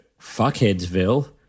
Fuckheadsville